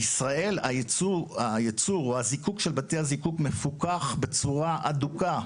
בישראל הייצור של בתי הזיקוק מפוקח בצורה אדוקה,